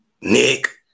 Nick